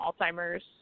alzheimer's